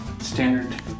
standard